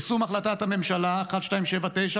יישום החלטת ממשלה 1279,